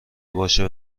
باشه